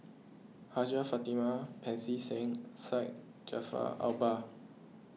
Hajjah Fatimah Pancy Seng Syed Jaafar Albar